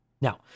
now